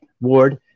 Ward